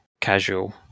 casual